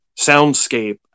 soundscape